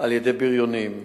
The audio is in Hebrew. על-ידי בריונים.